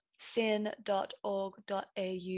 sin.org.au